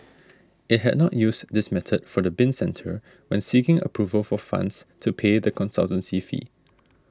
it had not used this method for the bin centre when seeking approval for funds to pay the consultancy fee